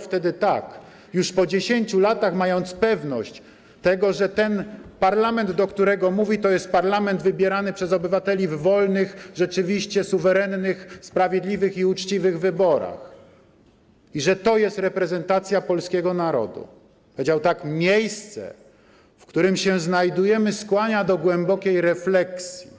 Wtedy, już po 10 latach, mając pewność, że ten parlament, do którego mówi, to jest parlament wybierany przez obywateli w wolnych, rzeczywiście suwerennych, sprawiedliwych i uczciwych wyborach i że to jest reprezentacja polskiego narodu, powiedział tak: miejsce, w którym się znajdujemy, skłania do głębokiej refleksji